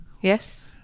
yes